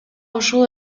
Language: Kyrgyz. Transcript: ушул